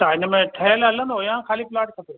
अच्छा इनमें ठहियल हलंदो या खाली प्लाट खपे